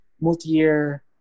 multi-year